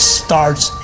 starts